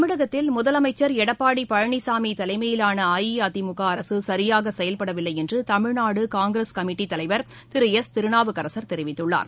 தமிழகத்தில் முதலமைச்சர் எடப்பாடிபழனிசாமிதலைமையிலானஅஇஅதிமுகஅரசுசரியாகசெயல்படவில்லைஎன்றுதமிழ்நாடுகாங்கிரஸ் கமிட்டிதலைவர் திரு எஸ் திருநாவுக்கரசர் தெரிவித்துள்ளார்